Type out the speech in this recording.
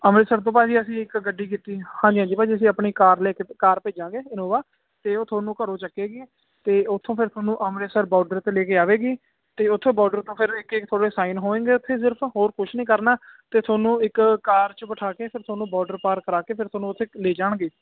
ਅੰਮ੍ਰਿਤਸਰ ਤੋਂ ਭਾਜੀ ਅਸੀਂ ਇੱਕ ਗੱਡੀ ਕੀਤੀ ਹਾਂਜੀ ਹਾਂਜੀ ਭਾਜੀ ਆਪਣੀ ਕਾਰ ਲੈ ਕੇ ਅਤੇ ਕਾਰ ਭੇਜਾਂਗੇ ਇਨੋਵਾ ਅਤੇ ਉਹ ਤੁਹਾਨੂੰ ਘਰੋਂ ਚੱਕੇਗੀ ਅਤੇ ਉੱਥੋਂ ਫਿਰ ਤੁਹਾਨੂੰ ਅੰਮ੍ਰਿਤਸਰ ਬੋਡਰ 'ਤੇ ਲੈ ਕੇ ਆਵੇਗੀ ਅਤੇ ਉੱਥੋਂ ਬੋਡਰ ਤੋਂ ਫਿਰ ਇੱਕ ਇੱਕ ਤੁਹਾਡੇ ਸਾਈਨ ਹੋਏਂਗੇ ਉੱਥੇ ਸਿਰਫ਼ ਹੋਰ ਕੁਛ ਨਹੀਂ ਕਰਨਾ ਅਤੇ ਤੁਹਾਨੂੰ ਇੱਕ ਕਾਰ 'ਚ ਬਿਠਾ ਕੇ ਫਿਰ ਤੁਹਾਨੂੰ ਬੋਡਰ ਪਾਰ ਕਰਾ ਕੇ ਫਿਰ ਤੁਹਾਨੂੰ ਉੱਥੇ ਲੈ ਜਾਣਗੇ